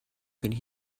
could